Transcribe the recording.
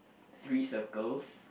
three circles